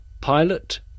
pilot